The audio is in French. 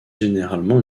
généralement